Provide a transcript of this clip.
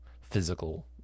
physical